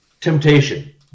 temptation